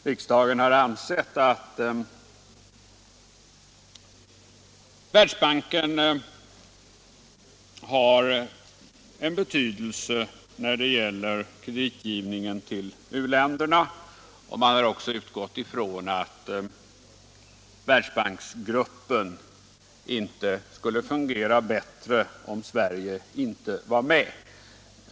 Riksdagen har ansett att Världsbanken har en betydelse när det gäller kreditgivningen till u-länderna, och man har också utgått från att Världsbanksgruppen inte skulle fungera bättre om Sverige inte var med.